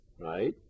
right